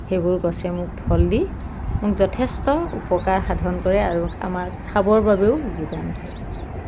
সেইবোৰ গছে মোক ফল দি মোক যথেষ্ট উপকাৰ সাধন কৰে আৰু আমাৰ খাবৰ বাবেও যোগান ধৰে